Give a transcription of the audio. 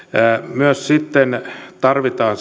myös sitten tarvitaan